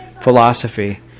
philosophy